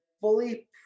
fully